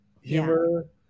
Humor